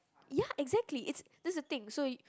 ya exactly it's this is the thing so you